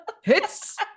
hits